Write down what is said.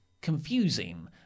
confusing